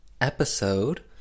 episode